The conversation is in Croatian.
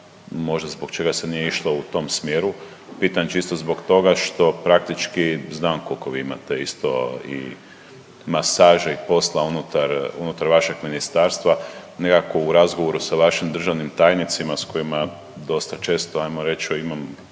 možda zbog čega se nije išlo u tom smjeru. Pitam čisto zbog toga što praktički znam koliko vi imate isto i masaže i posla unutar, unutar vašeg ministarstva. Nekako u razgovoru sa vašim državnim tajnicima s kojima dosta često ajmo